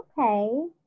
Okay